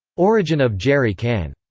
origin of jerry can.